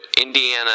Indiana